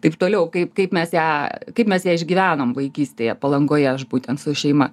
taip toliau kaip kaip mes ją kaip mes ją išgyvenom vaikystėje palangoje aš būtent su šeima